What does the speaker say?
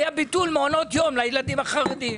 היה ביטול מעונות יום לילדים החרדים.